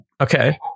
Okay